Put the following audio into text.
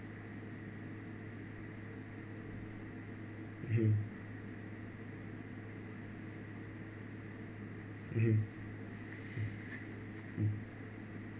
mmhmm mmhmm